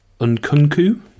Unkunku